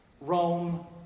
Rome